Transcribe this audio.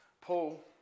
Paul